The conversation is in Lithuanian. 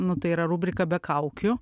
nu tai yra rubrika be kaukių